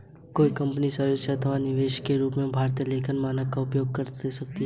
कोई कंपनी स्वेक्षा से अथवा अनिवार्य रूप से भारतीय लेखा मानक का प्रयोग कर सकती है